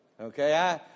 okay